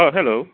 औ हेल'